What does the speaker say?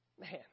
Man